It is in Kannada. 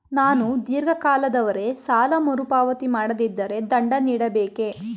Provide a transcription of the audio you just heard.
ನಾನು ಧೀರ್ಘ ಕಾಲದವರೆ ಸಾಲ ಮರುಪಾವತಿ ಮಾಡದಿದ್ದರೆ ದಂಡ ನೀಡಬೇಕೇ?